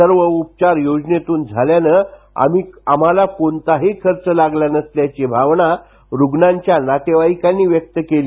सर्व उपचार योजनेतुन झाल्यानं आम्हाला कोणताही खर्च लागला नसल्याची भावना रुग्णांच्या नातेवाईकांनी व्यक्त केली